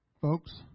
Folks